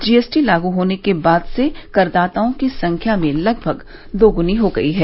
GST लागू होने के बाद से करदाताओं की संख्या लगभग दोगुनी हो गई है